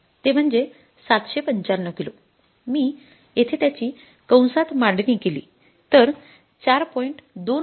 ते म्हणजे ७९५ किलो मी येथे त्याची कंसात मांडणी केली तर 4